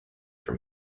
for